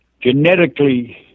genetically